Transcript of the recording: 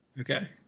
Okay